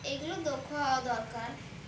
এগুলো দক্ষ হওয়া দরকার